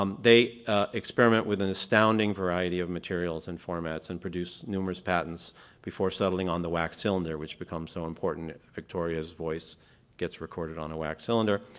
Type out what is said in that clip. they experiment with an astounding variety of materials and formats, and produce numerous patents before settling on the wax cylinder which becomes so important that victoria's voice gets recorded on a wax cylinder.